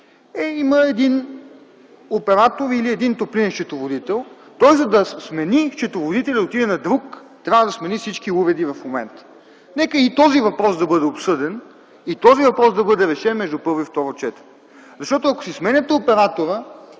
има един оператор или един топлинен счетоводител, за да смени счетоводителя и да отиде на друг, трябва да смени всички уреди в момента. Нека и този въпрос бъде обсъден и решен между първо и второ четене, защото ако си сменяте оператора...